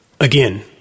Again